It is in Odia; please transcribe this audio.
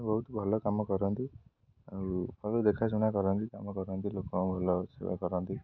ବହୁତ ଭଲ କାମ କରନ୍ତି ଆଉ ଭଲ ଦେଖାଶୁଣା କରନ୍ତି କାମ କରନ୍ତି ସେବା କରନ୍ତି